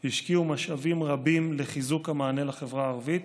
השקיעו משאבים רבים לחיזוק המענה לחברה הערבית,